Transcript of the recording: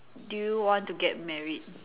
do you want to get married